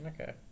Okay